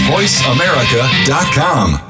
VoiceAmerica.com